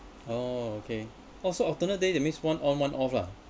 oh okay oh so alternate day that means one on one off lah